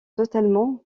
totalement